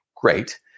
great